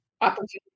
opportunity